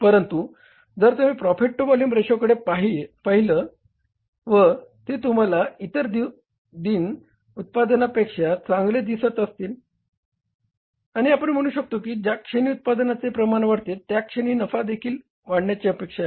परंतु जर तुम्ही प्रॉफिट टु व्हॉल्युम रेशोकडे पाहील व ते तुम्हाला इतर उत्पादनापेक्षा चांगले दिसत असेल तर आपण म्हणू शकतो की ज्या क्षणी उत्पादनाचे प्रमाण वाढते त्या क्षणी नफा देखील वाढण्याची अपेक्षा आहे